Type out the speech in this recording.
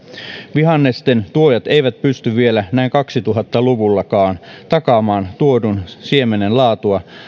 vihannesten tuojat eivät pysty vielä näin kaksituhatta luvullakaan takaamaan tuodun siemenen laatua